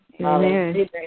Amen